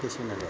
त्यसकै लागि हो